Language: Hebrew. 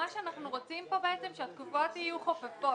מה שאנחנו רוצים פה בעצם זה שהתקופות יהיו חופפות.